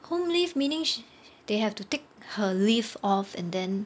home leave meaning sh~ they have to take her leave off and then